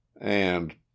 and